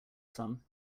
some